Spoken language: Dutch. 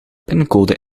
pincode